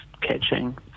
catching